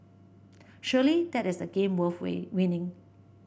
surely that is the game worth win winning